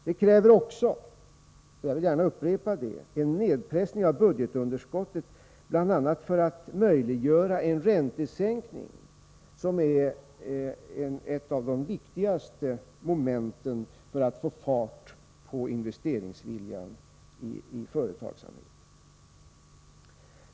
Det kräver också, jag vill gärna upprepa det, en nedpressning av budgetunderskottet — bl.a. för att möjliggöra en räntesänkning, som är ett av de viktigaste momenten för att få fart på investeringsviljan i företagsamheten.